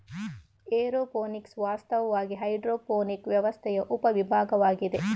aeroponics ವಾಸ್ತವವಾಗಿ hydroponic ವ್ಯವಸ್ಥೆಯ ಉಪ ವಿಭಾಗವಾಗಿದೆ